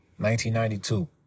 1992